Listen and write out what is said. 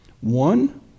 One